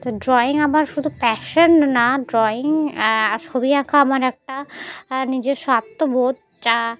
তো ড্রয়িং আমার শুধু প্যাশন না ড্রয়িং ছবি আঁকা আমার একটা নিজের স্বার্থবোধ যা